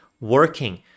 working